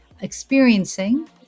experiencing